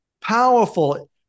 Powerful